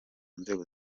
nzego